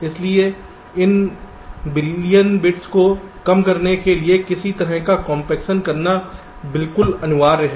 इसलिए इन billion bits को कम करने के लिए किसी तरह का कॉम्पेक्शन करना बिल्कुल अनिवार्य है